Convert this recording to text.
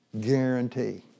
Guarantee